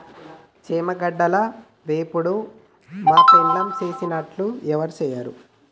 చామగడ్డల వేపుడు మా పెండ్లాం సేసినట్లు యారు సెయ్యలేరు